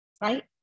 right